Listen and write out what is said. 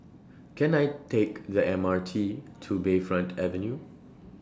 Can I Take The M R T to Bayfront Avenue